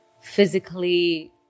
physically